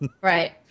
right